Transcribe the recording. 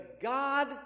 God